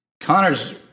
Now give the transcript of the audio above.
Connor's